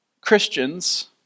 Christians